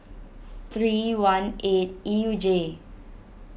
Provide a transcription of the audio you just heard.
three one eight E U J